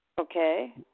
Okay